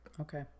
Okay